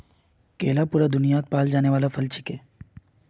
केला पूरा दुन्यात पाल जाने वाला फल छिके